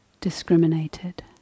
discriminated